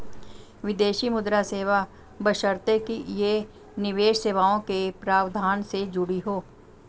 विदेशी मुद्रा सेवा बशर्ते कि ये निवेश सेवाओं के प्रावधान से जुड़ी हों